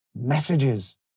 messages